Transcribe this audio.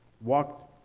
walked